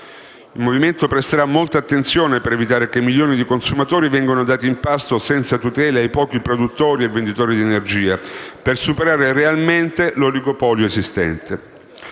Il Movimento 5 Stelle presterà molta attenzione per evitare che milioni di consumatori vengano dati in pasto senza tutele ai pochi produttori e venditori di energia, per superare realmente l'oligopolio presente.